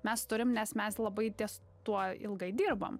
mes turim nes mes labai ties tuo ilgai dirbam